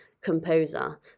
composer